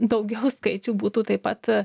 daugiau skaičių būtų taip pat